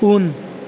उन